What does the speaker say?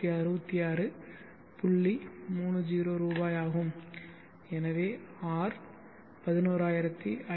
30 ரூபாய் ஆகும் எனவே ஆர் 11566